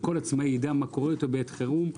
שכל עצמאי יידע מה קורה איתו בעת חירום,